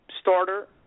starter